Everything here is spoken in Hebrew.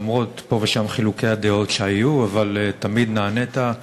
למרות חילוקי הדעות שהיו פה ושם, תמיד נענית,